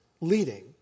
leading